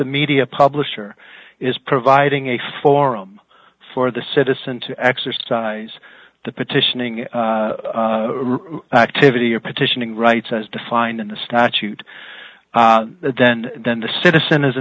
the media publisher is providing a forum for the citizen to exercise the petitioning activity or petitioning rights as defined in the statute then then the citizen is